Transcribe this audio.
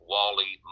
Wally